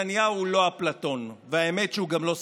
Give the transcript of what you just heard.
נתניהו לא אפלטון, והאמת היא שהוא גם לא סופיסט.